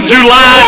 July